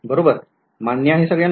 बरोबर मान्य आहे सगळ्यांना